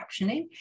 captioning